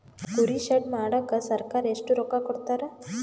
ಕುರಿ ಶೆಡ್ ಮಾಡಕ ಸರ್ಕಾರ ಎಷ್ಟು ರೊಕ್ಕ ಕೊಡ್ತಾರ?